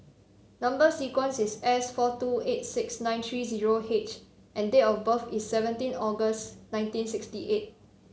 number sequence is S four two eight six nine three zero H and date of birth is seventeen August nineteen sixty eight